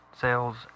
sales